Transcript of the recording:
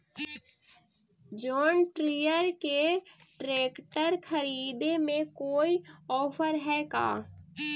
जोन Deere के tractor खरिदे में कोई औफर है का?